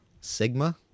Sigma